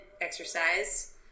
exercise